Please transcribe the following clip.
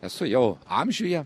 esu jau amžiuje